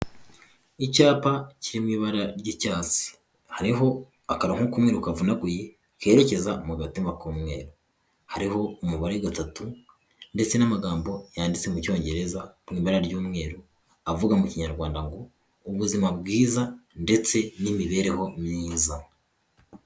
Icyapa kiri mu ibara ry'icyatsi hariho akarongo ku mweru kavunaguye kerekeza mu gatima ku mweru. Hariho umubare gatatu ndetse n'amagambo yanditse mu cyongereza mu ibara ry'umweru avuga mu kinyarwanda ngo ubuzima bwiza ndetse n'imibereho myiza.